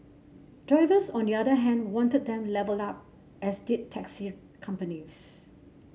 drivers on the other hand wanted them levelled up as did taxi companies